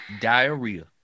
diarrhea